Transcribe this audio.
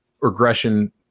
regression